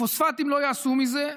פוספטים לא יעשו מזה,